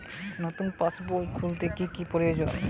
নতুন পাশবই খুলতে কি কি প্রয়োজন?